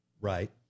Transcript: Right